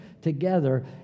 together